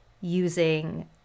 using